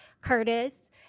Curtis